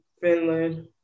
Finland